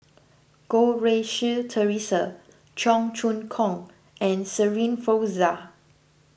Goh Rui Si theresa Cheong Choong Kong and Shirin Fozdar